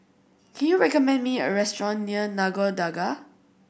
can you recommend me a restaurant near Nagore Dargah